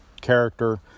character